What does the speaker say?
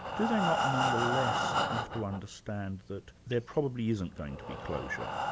do they not nonetheless have to understand that there probably isn't going to be closure,